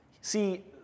See